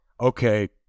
okay